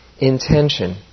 intention